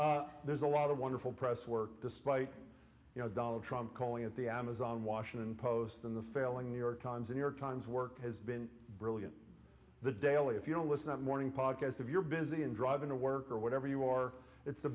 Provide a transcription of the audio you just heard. that there's a lot of wonderful press work despite you know donald trump calling it the amazon washington post in the failing new york times a new york times work has been brilliant the daily if you don't listen at morning podcast of you're busy and driving to work or whatever you are it's the